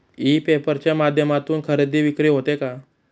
E paper च्या माध्यमातून खरेदी विक्री होते का?